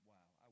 Wow